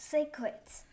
Secrets